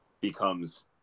becomes